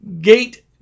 Gate